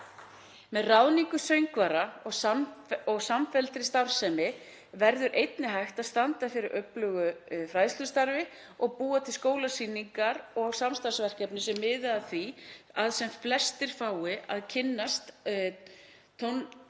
Með ráðningu söngvara og samfelldri starfsemi verður einnig hægt standa fyrir öflugu fræðslustarfi og búa til skólasýningar og samstarfsverkefni sem miða að því að sem flestir fái að kynnast